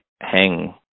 hang